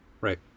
Right